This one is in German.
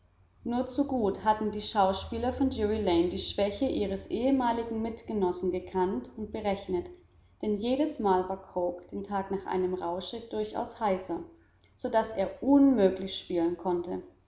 nur zu gut hatten die schauspieler von drury lane die schwäche ihres ehemaligen mitgenossen gekannt und berechnet denn jedes mal war cooke den tag nach einem rausche durchaus heiser so daß er unmöglich spielen konnte